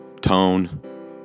tone